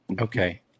Okay